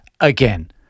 again